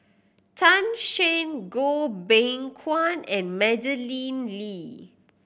Tan Shen Goh Beng Kwan and Madeleine Lee